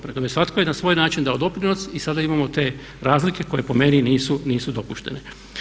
Prema tome, svatko je na svoj način dao doprinos i sada imamo te razlike koje po meni nisu dopuštene.